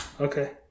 Okay